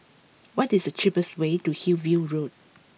what is the cheapest way to Hillview Road